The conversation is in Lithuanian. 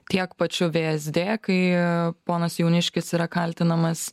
tiek pačių vsd kai a ponas jauniškis yra kaltinamas